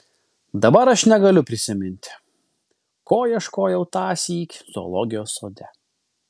dabar aš negaliu prisiminti ko ieškojau tąsyk zoologijos sode